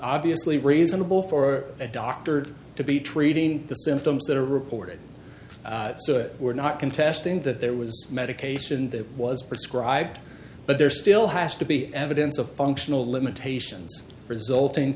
obviously reasonable for a doctor to be treating the symptoms that are reported so we're not contesting that there was medication that was prescribed but there still has to be evidence of functional limitations resulting